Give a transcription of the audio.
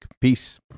Peace